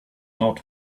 not